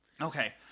Okay